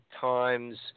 times